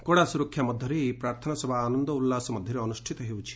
କଡ଼ା ସୁରକ୍ଷା ମଧ୍ୟରେ ଏହି ପ୍ରାର୍ଥନା ସଭା ଆନନ୍ଦ ଉଲ୍ଲାସ ମଧ୍ୟରେ ଅନୁଷ୍ଠିତ ହେଉଛି